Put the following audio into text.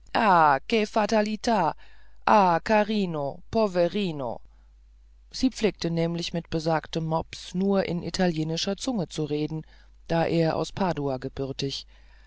fatalit ah carino poverino sie pflegte nämlich mit besagtem mops nur in italienischer zunge zu reden da er aus padua gebürtig